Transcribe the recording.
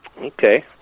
Okay